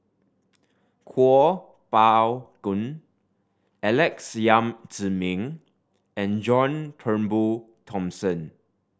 Kuo Pao Kun Alex Yam Ziming and John Turnbull Thomson